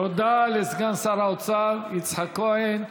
תודה לסגן שר האוצר יצחק כהן.